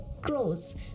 grows